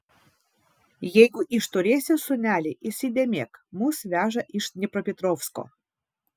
jeigu išturėsi sūneli įsidėmėk mus veža iš dniepropetrovsko